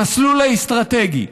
המסלול האסטרטגי.